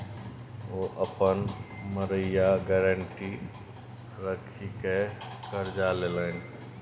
ओ अपन मड़ैया गारंटी राखिकए करजा लेलनि